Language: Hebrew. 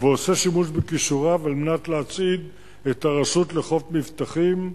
ועושה שימוש בכישוריו כדי להצעיד את הרשות לחוף מבטחים.